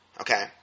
Okay